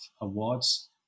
awards